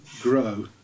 grow